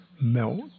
melt